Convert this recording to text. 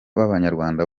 b’abanyarwanda